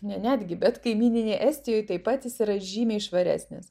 netgi bet kaimyninėj estijoj taip pat jis yra žymiai švaresnis